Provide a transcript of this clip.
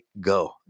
go